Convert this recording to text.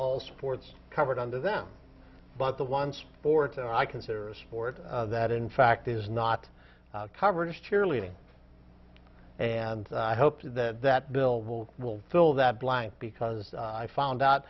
all sports covered under them but the one sport i consider a sport that in fact is not covered as cheerleading and i hope that that bill will will fill that blank because i found out